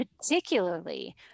particularly